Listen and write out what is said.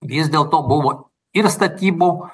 vis dėlto buvo ir statybų